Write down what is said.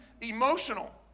emotional